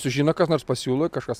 sužino kas nors pasiūlo kažkas